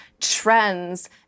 trends